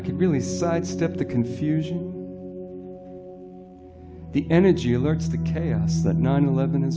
i can really sidestep the confusion the energy alerts the chaos that nine eleven